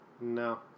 No